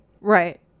right